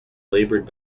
laboured